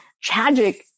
tragic